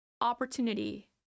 opportunity